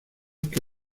que